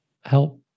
help